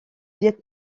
viêt